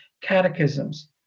catechisms